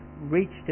reached